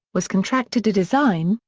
was contracted to design,